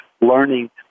learning